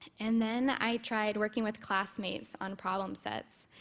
and then i tried working with classmates on problem sets,